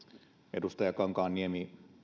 edustaja kankaanniemi